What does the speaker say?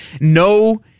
No